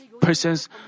person's